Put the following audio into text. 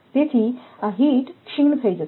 તેથી આ હીટ ક્ષીણ થઈ જશે